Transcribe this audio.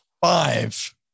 five